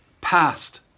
past